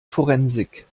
forensik